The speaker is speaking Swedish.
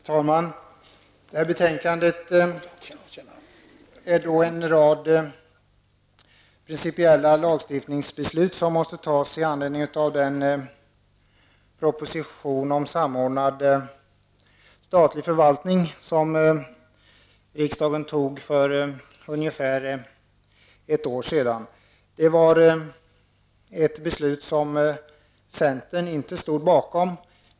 Herr talman! I det här betänkandet behandlas förslag till en rad principiella lagstiftningsbeslut, som måste fattas med anledning av den proposition om samordnad statlig förvaltning som riksdagen antog för ungefär ett år sedan. Det var ett beslut som centern inte stod bakom.